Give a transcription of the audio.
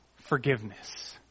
forgiveness